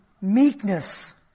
meekness